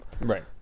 Right